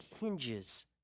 hinges